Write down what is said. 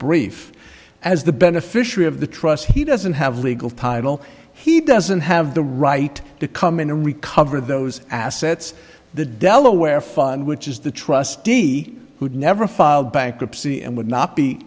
brief as the beneficiary of the truss he doesn't have legal title he doesn't have the right to come in and recover those assets the delaware fund which is the trustee who'd never filed bankruptcy and would not be